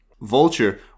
Vulture